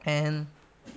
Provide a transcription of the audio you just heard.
and